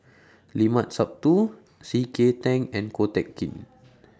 Limat Sabtu C K Tang and Ko Teck Kin